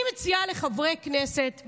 אני מציעה לחברי הכנסת,